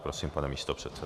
Prosím, pane místopředsedo.